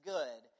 Good